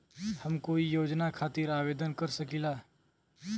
हम कोई योजना खातिर आवेदन कर सकीला?